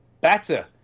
better